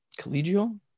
collegial